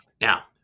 Now